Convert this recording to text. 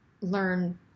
learn